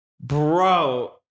bro